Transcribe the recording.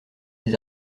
les